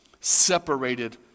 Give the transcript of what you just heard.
separated